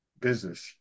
business